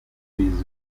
research